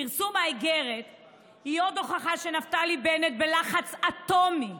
פרסום האיגרת הוא עוד הוכחה שנפתלי בנט בלחץ אטומי.